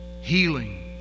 healing